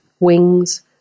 Wings